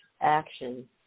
action